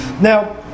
Now